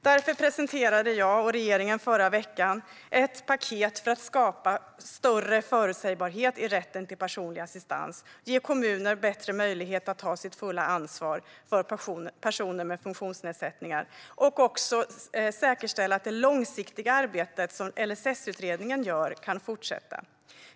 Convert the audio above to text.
Därför presenterade jag och regeringen förra veckan ett paket för att skapa större förutsägbarhet i rätten till personlig assistans, ge kommuner bättre möjlighet att ta sitt fulla ansvar för personer med funktionsnedsättningar och också säkerställa att det långsiktiga arbete som LSS-utredningen gör kan fortsätta.